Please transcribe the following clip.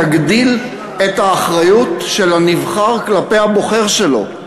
תגדיל את האחריות של הנבחר כלפי הבוחר שלו.